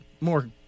more